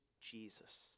Jesus